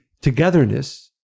togetherness